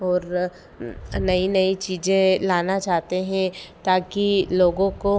और नई नई चीज़ें लाना चाहते हैं ताकि लोगों को